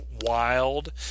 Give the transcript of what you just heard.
wild